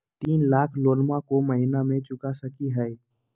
तीन लाख लोनमा को महीना मे चुका सकी हय?